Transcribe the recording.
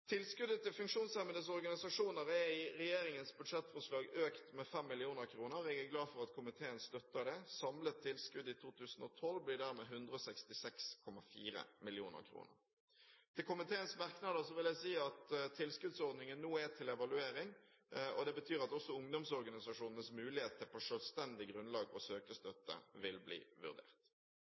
Tilskuddet til funksjonshemmedes organisasjoner er i regjeringens budsjettforslag økt med 5 mill. kr, og jeg er glad for at komiteen støtter det. Samlet tilskudd i 2012 blir dermed 166,4 mill. kr. Til komiteens merknader vil jeg si at tilskuddsordningen nå er til evaluering. Det betyr at også ungdomsorganisasjonenes mulighet til på selvstendig grunnlag å søke støtte vil bli vurdert.